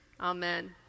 Amen